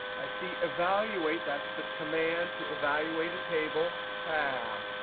i see evaluate. that's the command to evaluate a table. tab.